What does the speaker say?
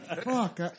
Fuck